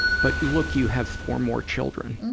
but look. you have four more children.